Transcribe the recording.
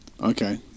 Okay